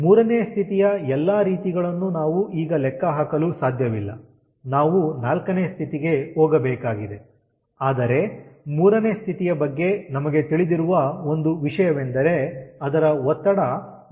3ನೇ ಸ್ಥಿತಿಯ ಎಲ್ಲಾ ರೀತಿಗಳನ್ನು ನಾವು ಈಗ ಲೆಕ್ಕಹಾಕಲು ಸಾಧ್ಯವಿಲ್ಲ ನಾವು 4ನೇ ಸ್ಥಿತಿಗೆ ಹೋಗಬೇಕಾಗಿದೆ ಆದರೆ 3ನೇ ಸ್ಥಿತಿಯ ಬಗ್ಗೆ ನಮಗೆ ತಿಳಿದಿರುವ ಒಂದು ವಿಷಯವೆಂದರೆ ಅದರ ಒತ್ತಡ 1